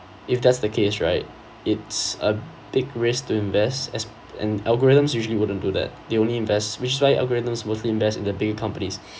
if that's the case right it's a big risk to invest as and algorithms usually wouldn't do that they only invest which is why algorithms mostly invest in the bigger companies